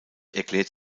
erklärt